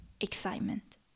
Excitement